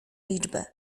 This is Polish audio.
liczbę